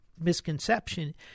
misconception